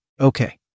Okay